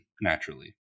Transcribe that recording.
naturally